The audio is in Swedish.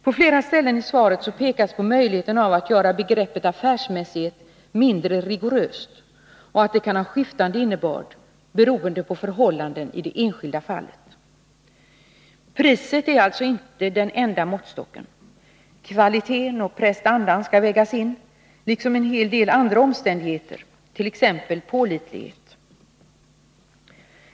På flera ställen i svaret pekas på möjligheten att göra begreppet affärsmässighet mindre rigoröst och att det kan ha skiftande innebörd beroende på förhållanden i det enskilda fallet. Priset är alltså inte den enda måttstocken. Kvaliteten och prestandan skall vägas in, liksom en hel del andra omständigheter, t.ex. pålitlighet.